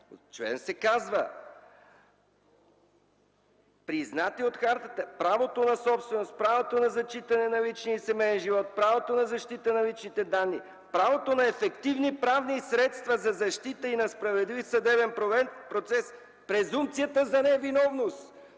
18 се казва: „признати от хартата – правото на собственост, правото на зачитане на личния и семеен живот, правото на защита на личните данни, правото на ефективни правни средства за защита и на справедлив съдебен процес – презумпцията за невиновност”,